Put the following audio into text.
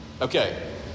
Okay